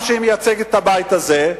גם כשהיא מייצגת את הבית הזה,